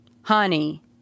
Honey